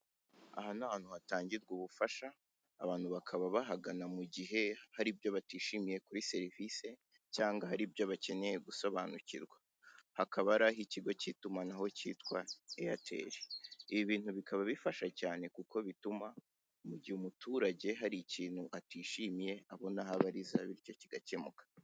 Aha ni ahantu hatangirwa ubufasha, abantu bakaba bahagana mu gihe hari ibyo batishimiye kuri serivisi cyangwa hari ibyo bakeneye gusobanukirwa, hakaba ari ah'ikigo cy'itumanaho cyitwa Airtel, ibi bintu bikaba bifasha cyane kuko bituma mu gihe umuturage hari ikintu atishimiye abona aho abariza bityo kigakemuka.